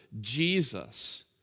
Jesus